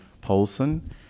Polson